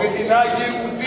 מדינה יהודית ודמוקרטית.